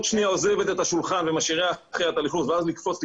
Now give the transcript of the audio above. שנייה עוזבת את השולחן ומשאירה אחריה את הלכלוך ואז לקפוץ,